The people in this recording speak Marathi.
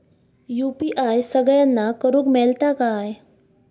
यू.पी.आय सगळ्यांना करुक मेलता काय?